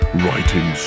writing